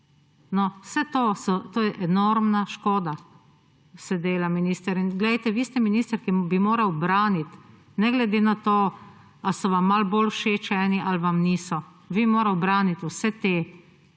kot jaz. Tu se enormna škoda dela minister. Glejte, vi ste minister, ki bi moral braniti, ne glede na to, ali so vam malo bolj všeč eni ali vam niso. Vi bi moral braniti vse te